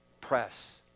Press